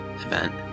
event